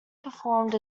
performed